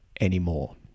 anymore